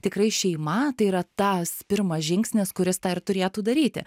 tikrai šeima tai yra tas pirmas žingsnis kuris tą ir turėtų daryti